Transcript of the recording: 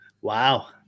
Wow